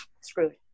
screwed